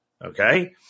Okay